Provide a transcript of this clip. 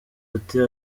ati